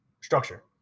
structure